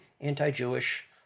anti-Jewish